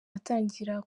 atangira